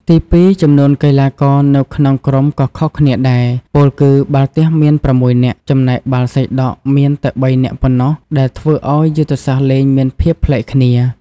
ទីពីរ ចំនួនកីឡាករនៅក្នុងក្រុមก็ខុសគ្នាដែរ ពោលគឺបាល់ទះមាន៦នាក់ ចំណែកបាល់សីដក់មានតែ៣នាក់ប៉ុណ្ណោះដែលធ្វើឲ្យយុទ្ធសាស្ត្រលេងមានភាពប្លែកគ្នា។